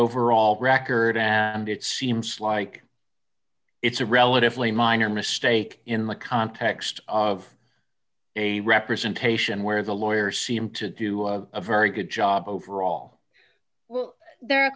overall record and it seems like it's a relatively minor mistake in the context of a representation where the lawyer seemed to do a very good job overall well there are a